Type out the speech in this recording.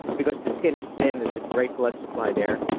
because the skin is thin, there's a great blood supply there.